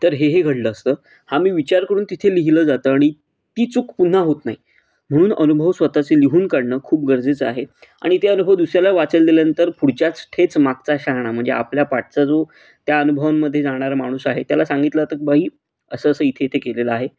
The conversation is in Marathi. तर हे हे घडलं असतं हा मी विचार करून तिथे लिहिलं जातं आणि ती चूक पुन्हा होत नाही म्हणून अनुभव स्वतःचे लिहून काढणं खूप गरजेचं आहे आणि ते अनुभव दुसऱ्याला वाचायला दिल्यानंतर पुढच्यास ठेच मागचा शहाणा म्हणजे आपल्या पाठचा जो त्या अनुभवांमध्ये जाणारा माणूस आहे त्याला सांगितलं जातं की बाई असं असं इथे इथे केलेलं आहे